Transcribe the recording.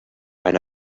eine